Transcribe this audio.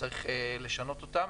צריך לשנות אותם.